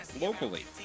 locally